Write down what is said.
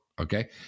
Okay